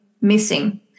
missing